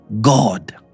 God